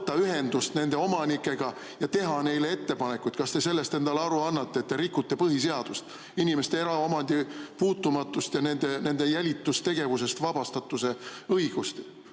võtta ühendust nende omanikega ja teha neile ettepanekut. Kas te sellest endale aru annate, et te rikute põhiseadust, inimeste eraomandi puutumatust ja nende jälitustegevusest vabastatuse õigust?